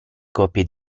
coppie